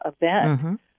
event